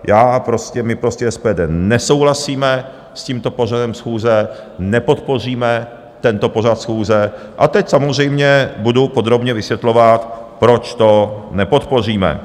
Já prostě, my prostě, SPD, nesouhlasíme s tímto pořadem schůze, nepodpoříme tento pořad schůze, a teď samozřejmě budu podrobně vysvětlovat, proč to nepodpoříme.